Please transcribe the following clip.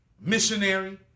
missionary